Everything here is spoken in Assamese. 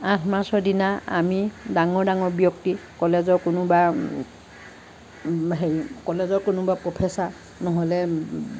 আঠ মাৰ্চৰ দিনা আমি ডাঙৰ ডাঙৰ ব্যক্তি কলেজৰ কোনোবা হেৰি কলেজৰ কোনোবা প্ৰ'ফেছাৰ নহ'লে